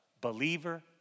believer